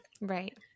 right